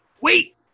Wait